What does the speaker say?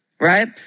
Right